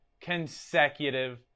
consecutive